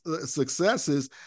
successes